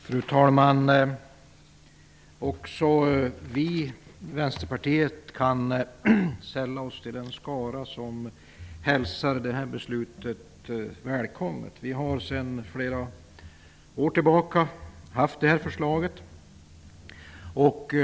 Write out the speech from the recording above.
Fru talman! Också vi i Vänsterpartiet kan sälla oss till den skara som hälsar dagens beslut välkommet. Vi har sedan fler år tillbaka väckt förslag i frågan.